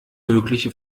mögliche